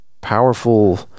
powerful